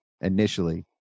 initially